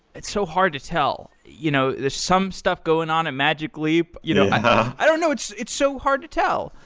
it's so hard to tell. you know there's some stuff going on and magically you know and i don't know. it's it's so hard to tell.